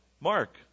Mark